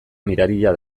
miraria